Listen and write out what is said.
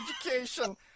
education